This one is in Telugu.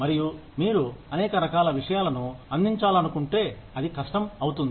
మరియు మీరు అనేక రకాల విషయాలను అందించాలనుకుంటే అది కష్టం అవుతుంది